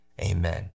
amen